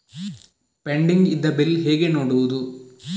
Pending ಇದ್ದ bill ಹೇಗೆ ನೋಡುವುದು?